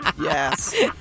Yes